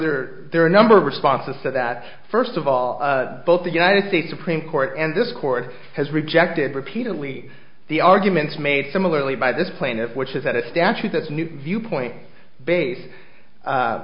are there are a number of responses to that first of all both the united states supreme court and this court has rejected repeatedly the arguments made similarly by this plaintiff which is that a statute that's new viewpoint base